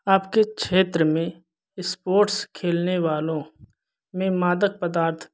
आपके क्षेत्र में इस्पोर्ट्स खेलने वालों में मादक पदार्थ